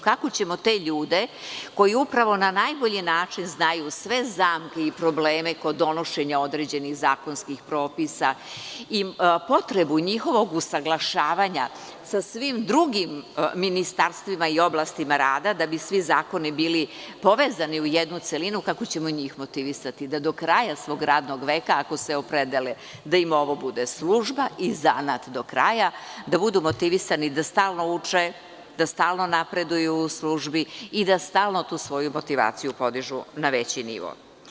Kako ćemo te ljude, koji upravo na najbolji način znaju sve zamke i probleme kod donošenja određenih zakonskih propisa i potrebu njihovog usaglašavanja sa svim drugim ministarstvima i oblastima rada, da bi svi zakoni bili povezani u jednu celinu, kako ćemo njih motivisati da do kraja svog radnog veka, ako se opredele da im ovo bude služba i zanat do kraja, da budu motivisani da stalno uče, da stalno napreduju u službi i da stalno tu svoju motivaciju podižu na veći nivo?